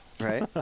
Right